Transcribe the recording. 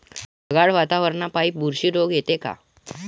ढगाळ वातावरनापाई बुरशी रोग येते का?